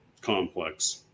complex